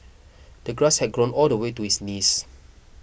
the grass had grown all the way to his knees